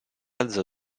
alzò